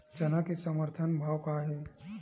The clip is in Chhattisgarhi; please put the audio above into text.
चना के समर्थन भाव का हे?